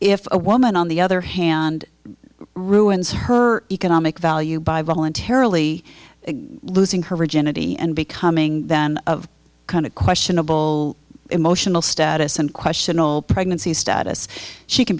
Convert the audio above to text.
if a woman on the other hand ruins her economic value by voluntarily losing her virginity and becoming then of kind of questionable emotional status and question all pregnancy status she can